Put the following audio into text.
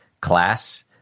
class